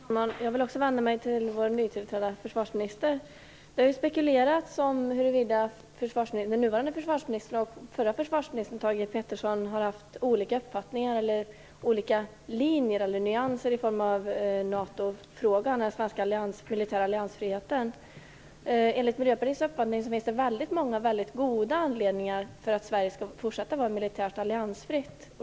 Fru talman! Jag vill också vända mig till vår nytillträdde försvarsminister. Det har spekulerats om huruvida den nuvarande försvarsministern och den förre försvarsministern, Thage G Peterson, har haft olika uppfattningar, eller linjer eller nyanser, i fråga om NATO och den svenska militära alliansfriheten. Enligt Miljöpartiets uppfattning finns det väldigt många goda anledningar att Sverige skall fortsätta vara militärt alliansfritt.